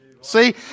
See